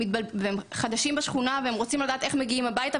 הם חדשים בשכונה ורוצים לדעת איך מגיעים הביתה,